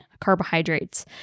carbohydrates